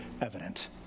evident